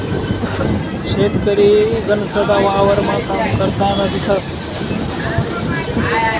शेतकरी गनचदा वावरमा काम करतान दिसंस